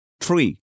Three